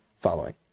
following